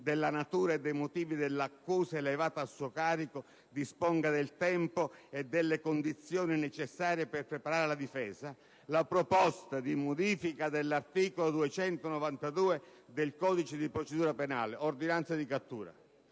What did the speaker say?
della natura e dei motivi dell'accusa elevata a suo carico; disponga del tempo e delle condizioni necessarie per preparare la sua difesa») la proposta di modifica dell'articolo 292 del codice di procedura penale (ordinanza di cattura).